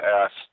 asked